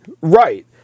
right